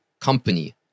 company